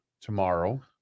tomorrow